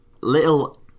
little